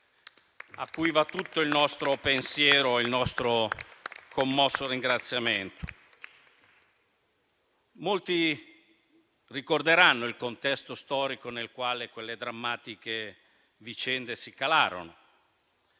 a cui va tutto il nostro pensiero e il nostro commosso ringraziamento. Molti ricorderanno il contesto storico nel quale quelle drammatiche vicende si calarono,